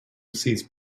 sees